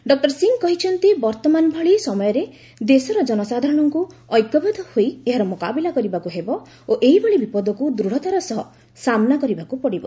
doctor Singh କହିଛନ୍ତି ବର୍ତ୍ତମାନ ଭଳି ସମୟରେ ଦେଶର ଜନସାଧାରଣଙ୍କୁ ଐକ୍ୟବଦ୍ଧ ହୋଇ ଏହାର ମୁକାବିଲା କରିବାକୁ ହେବ ଓ ଏଭଳି ବିପଦକୁ ଦୂଢ଼ତାର ସହ ସାମ୍ନା କରିବାକୁ ପଡିବ